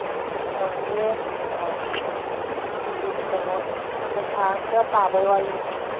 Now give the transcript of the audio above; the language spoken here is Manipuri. ꯗꯤꯁꯀꯥꯎꯟꯁꯦ ꯀꯩꯅꯣ ꯄꯩꯁꯥ ꯈꯔ ꯇꯥꯕꯒꯤ ꯋꯥꯔꯤꯅꯤ